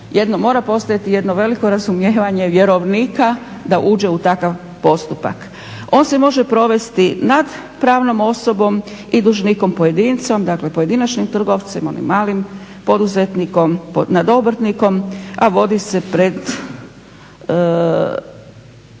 jedan, mora postojati jedno veliko razumijevanje vjerovnika da uže u takav postupak. On se može provesti nad pravnom osobom i dužnikom pojedince, dakle pojedinačnim trgovcem, onim malim poduzetnikom, nad obrtnikom, a vodi se pred